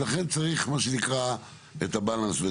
אז לכן צריך, מה שנקרא, את האיזונים.